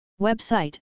Website